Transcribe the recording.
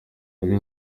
mbere